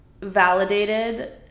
validated